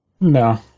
No